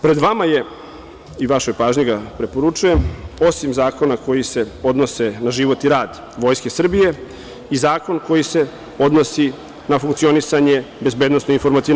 Pred vama je i vašoj pažnji ga preporučujem osim zakona koji se odnose na život i rad Vojske Srbije i zakon koji se odnosi na funkcionisanje BIA.